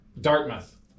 Dartmouth